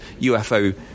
UFO